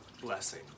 blessing